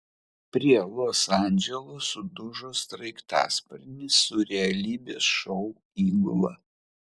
prie los andželo sudužo sraigtasparnis su realybės šou įgula